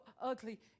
ugly